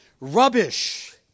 rubbish